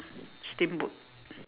steamboat